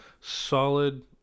Solid